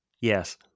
yes